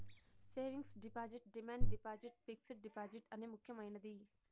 savings deposit demand deposit fixed deposit అనే ముక్యమైనది